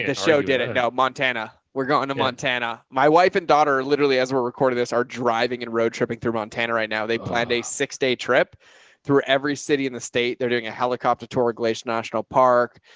ah show did it now, montana. we're going to montana. my wife and daughter, literally, as we're recording, this are driving and road tripping through montana. right now they planned a six day trip through every city in the state. they're doing a helicopter tour of glacier national park.